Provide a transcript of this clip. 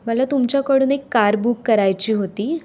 मला तुमच्याकडून एक कार बुक करायची होती